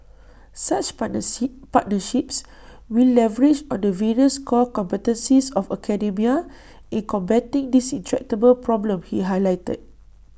such partner sea partnerships will leverage on the various core competencies of academia in combating this intractable problem he highlighted